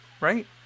right